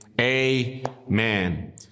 amen